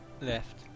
left